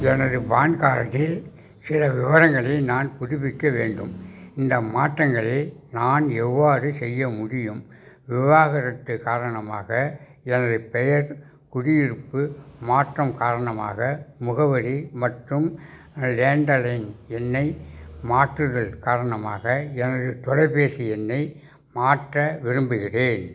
எனது பான் கார்டில் சில விவரங்களை நான் புதுப்பிக்க வேண்டும் இந்த மாற்றங்களை நான் எவ்வாறு செய்ய முடியும் விவாகரத்து காரணமாக எனது பெயர் குடியிருப்பு மாற்றம் காரணமாக முகவரி மற்றும் லேண்டலைன் எண்ணை மாற்றுதல் காரணமாக எனது தொலைபேசி எண்ணை மாற்ற விரும்புகின்றேன்